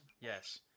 Yes